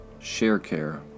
Sharecare